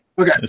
Okay